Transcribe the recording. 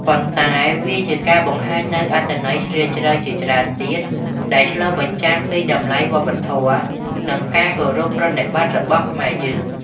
ប៉ុន្តែវាជាការបង្ហាញនូវអត្ថន័យជ្រាលជ្រៅជាច្រើនទៀត ដែលឆ្លុះបញ្ចាំងពីតម្លៃវប្បធម៌ និងការគោរពប្រណិប័តន៍របស់ខ្មែរយើង។